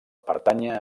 pertànyer